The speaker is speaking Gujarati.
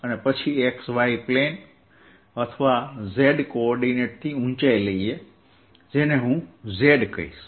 અને પછી xy પ્લેન અથવા z કોઓર્ડિનેટથી ઉંચાઇ લઈએ જેને હું z કહીશ